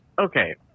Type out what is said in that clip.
okay